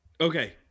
Okay